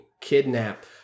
kidnap